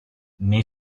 nei